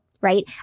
right